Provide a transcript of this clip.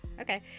Okay